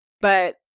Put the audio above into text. but-